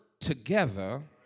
together